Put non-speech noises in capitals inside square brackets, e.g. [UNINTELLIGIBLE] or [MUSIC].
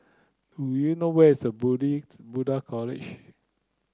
do you know where is a Buddhist [UNINTELLIGIBLE] College